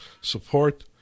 support